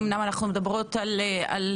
אמנם אנחנו מדברות על מעמד,